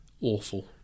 Awful